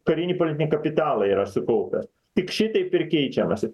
karinį politinį kapitalą yra sukaupęs tik šitaip ir keičiamasi